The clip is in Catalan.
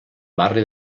barri